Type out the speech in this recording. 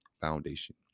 Foundation